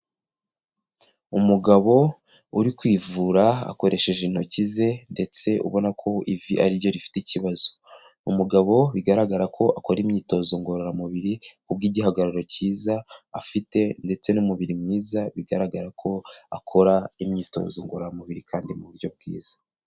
Umugabo uri kwivura akoresheje intoki ze ndetse ubona ko ubu ivi ari ryo rifite ikibazo. Umugabo bigaragara ko akora imyitozo ngororamubiri kubw'igihagararo cyiza afite ndetse n'umubiri mwiza bigaragara ko akora imyitozo ngororamubiri kandi mu buryo bwiza.